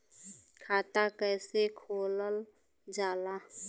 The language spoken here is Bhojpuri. खाता कैसे खोलल जाला?